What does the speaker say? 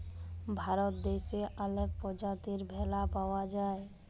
ভারত দ্যাশে অলেক পজাতির ভেড়া পাউয়া যায়